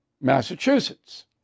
Massachusetts